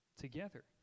together